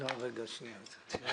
רגע, שנייה.